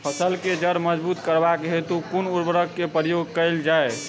फसल केँ जड़ मजबूत करबाक हेतु कुन उर्वरक केँ प्रयोग कैल जाय?